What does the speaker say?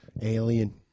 Alien